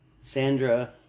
Sandra